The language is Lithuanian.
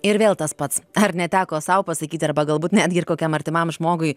ir vėl tas pats ar neteko sau pasakyt arba galbūt netgi ir kokiam artimam žmogui